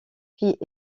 puis